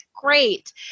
great